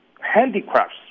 handicrafts